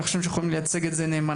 אני חושב שיכולים לייצג את זה נאמנה.